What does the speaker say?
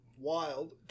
Wild